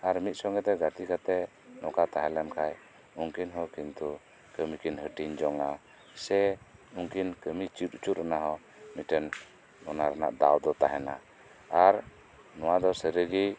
ᱟᱨ ᱢᱤᱫ ᱥᱚᱸᱜᱮᱛᱮ ᱜᱟᱛᱤ ᱠᱟᱛᱮᱫ ᱱᱚᱠᱟ ᱛᱟᱦᱮᱸ ᱞᱮᱱᱠᱷᱟᱡ ᱩᱱᱠᱤᱱ ᱦᱚᱸ ᱠᱤᱱᱛᱩ ᱠᱟᱹᱢᱤᱠᱤᱱ ᱦᱟᱹᱴᱤᱧ ᱡᱚᱝᱼᱟ ᱥᱮ ᱩᱱᱠᱤᱱ ᱠᱟᱹᱢᱤ ᱪᱤᱫ ᱩᱪᱩᱨᱮᱱᱟᱜ ᱦᱚᱸ ᱢᱤᱫᱴᱮᱱ ᱚᱱᱟᱨᱮᱱᱟᱜ ᱫᱟᱣᱫᱚ ᱛᱟᱦᱮᱱᱟ ᱟᱨ ᱱᱚᱣᱟᱫᱚ ᱥᱟᱹᱨᱤᱜᱤ